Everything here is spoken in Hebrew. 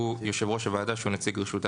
יושב-ראש הוועדה שהוא נציג רשות האסדרה.